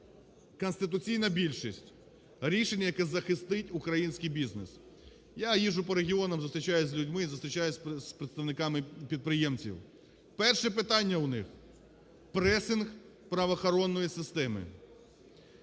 конституційна більшість, рішення, яке захистить український бізнес. Я їжджу по регіонах, зустрічаюсь з людьми і зустрічаюсь з представниками підприємців. Перше питання у них – пресинг правоохоронної системи.